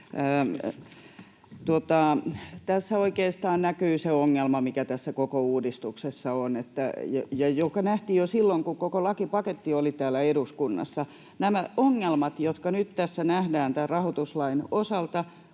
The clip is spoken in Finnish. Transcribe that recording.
Tässä oikeastaan näkyy se ongelma, mikä tässä koko uudistuksessa on ja joka nähtiin jo silloin, kun koko lakipaketti oli täällä eduskunnassa. Nämä ongelmat, jotka nyt tässä nähdään tämän rahoituslain osalta,